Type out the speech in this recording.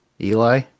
Eli